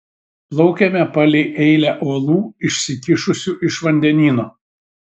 plaukėme palei eilę uolų išsikišusių iš vandenyno